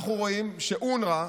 אנחנו רואים שאונר"א,